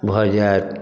भऽ जायत